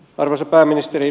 arvoisa pääministeri